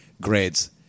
grades